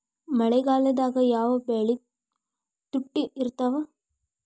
ಮಳೆಗಾಲದಾಗ ಯಾವ ಬೆಳಿ ತುಟ್ಟಿ ಇರ್ತದ?